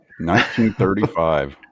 1935